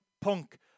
Punk